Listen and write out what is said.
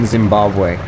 Zimbabwe